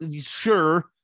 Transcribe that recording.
sure